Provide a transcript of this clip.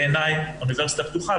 בעיני האוניברסיטה הפתוחה,